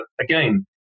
again